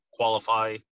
qualify